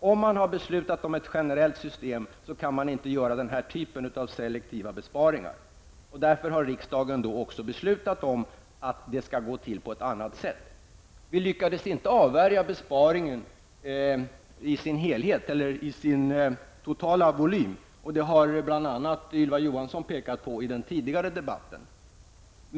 Om man har beslutat om ett generellt system kan man inte göra den här typen av selektiva besparingar. Riksdagen beslutade därför också att det skall gå till på ett annat sätt. Vi lyckades inte avvärja besparingen till sin totala volym, vilket bl.a. Ylva Johansson har påpekat i den tidigare debatten.